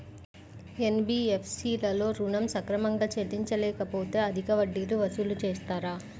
NBFC లలో ఋణం సక్రమంగా చెల్లించలేకపోతె అధిక వడ్డీలు వసూలు చేస్తారా?